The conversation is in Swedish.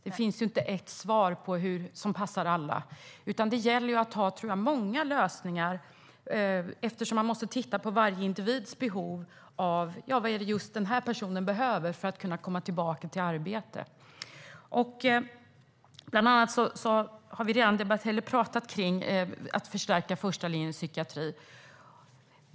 Det finns inte ett svar som passar alla, utan det gäller att ha många lösningar eftersom man måste titta på varje individs behov. Vad behöver just den här personen för att komma tillbaka till arbete? Bland annat har vi redan talat om att förstärka första linjens psykiatri.